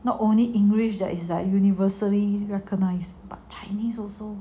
not only english there is universally recognised but chinese also